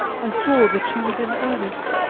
i saw that she was in earnest,